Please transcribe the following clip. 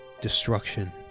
Destruction